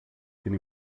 την